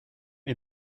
est